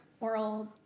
oral